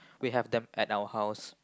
we have them at our house